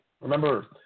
Remember